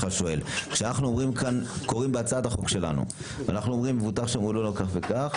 כשאני קורא בהצעת החוק: מבוטח שמלאו לו כך וכך,